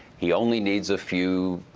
he only needs a few